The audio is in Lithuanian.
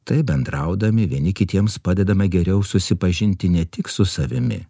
taip bendraudami vieni kitiems padedame geriau susipažinti ne tik su savimi